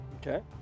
Okay